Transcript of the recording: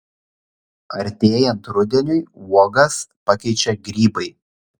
artėjant rudeniui uogas pakeičia grybai